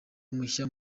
mushya